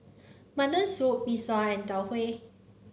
Mutton Soup Mee Sua and Tau Huay